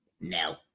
No